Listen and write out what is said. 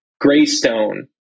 Greystone